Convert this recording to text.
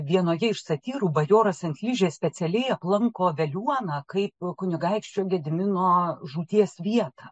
vienoje iš satyrų bajoras ant ližės specialiai aplanko veliuoną kaip kunigaikščio gedimino žūties vietą